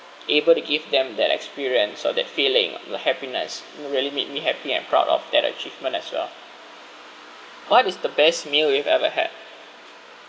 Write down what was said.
able to give them that experience so that feeling the happiness really make me happy and proud of that achievement as well what is the best meal you've ever had